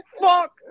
fuck